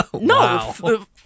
No